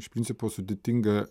iš principo sudėtinga